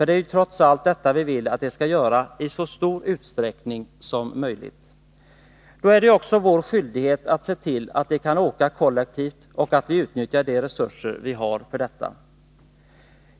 Det är ju trots allt detta vi vill att de skall göra i så stor utsträckning som möjligt. Då är det också vår skyldighet att se till att de kan åka kollektivt och att vi utnyttjar de resurser vi har för detta.